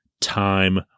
time